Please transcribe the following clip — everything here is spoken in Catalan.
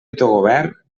autogovern